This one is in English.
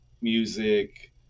Music